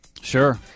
Sure